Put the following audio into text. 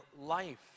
life